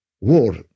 war